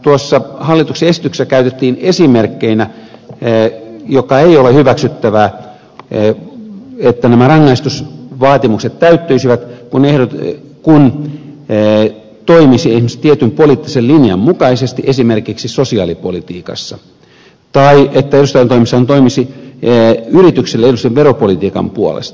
tuossa hallituksen esityksessä käytettiin esimerkkeinä siitä mikä ei ole hyväksyttävää että nämä rangaistusvaatimukset täyttyisivät kun toimisi tietyn poliittisen linjan mukaisesti esimerkiksi sosiaalipolitiikassa tai kun edustajantoimessaan toimisi yritykselle edullisen veropolitiikan puolesta